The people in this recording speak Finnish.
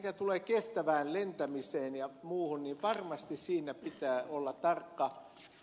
mitä tulee kestävään lentämiseen ja muuhun niin varmasti siinä pitää olla tarkka